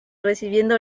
recibiendo